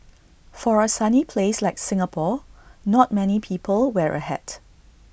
for A sunny place like Singapore not many people wear A hat